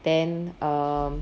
then um